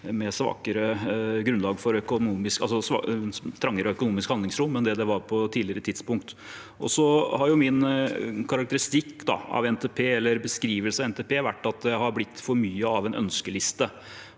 med trangere økonomisk handlingsrom enn det det var på tidligere tidspunkt. Så har min beskrivelse av NTP vært at det har blitt for mye av en ønskeliste,